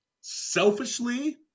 selfishly